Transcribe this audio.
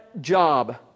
job